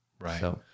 right